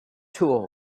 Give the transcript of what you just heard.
too